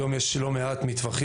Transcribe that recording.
היום יש לא מעט מטווחים,